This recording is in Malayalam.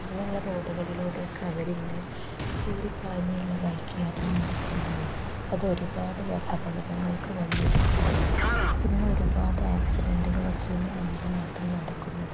അങ്ങനെയുള്ള റോഡുകളിലൂടെയൊക്കെ അവരിങ്ങനെ ചീറിപ്പാഞ്ഞുള്ള ബൈക്ക് യാത്ര നടത്തുമ്പോൾ അതൊരുപാട് അപകടങ്ങൾക്ക് വഴിയൊരുക്കുന്നുണ്ട് ഇന്ന് ഒരുപാട് ആക്സിഡൻറുകളൊക്കെയാണ് നമ്മുടെ നാട്ടിൽ നടക്കുന്നത്